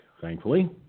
thankfully